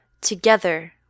Together